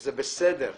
שזה בסדר,